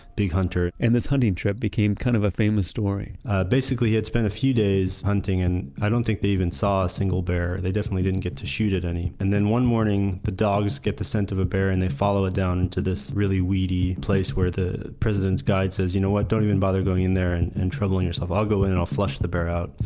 big hunter and this hunting trip became kind of a famous story basically he had spent a few days hunting and i don't think they even saw a single bear. they definitely didn't get to shoot at any. and then one morning, the dogs get the scent of a bear and they follow it down to this really weedy place where the president's guide says, you know what? don't bother going in there and and troubling yourself. i'll go in there and i'll flush the bear out.